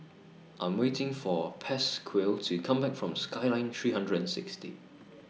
I'm waiting For Pasquale to Come Back from Skyline three hundred and sixty